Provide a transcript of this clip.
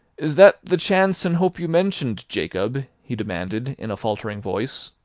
is that the chance and hope you mentioned, jacob? he demanded, in a faltering voice.